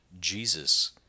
Jesus